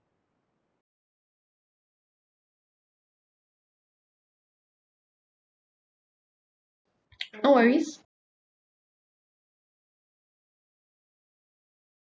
no worries